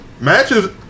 matches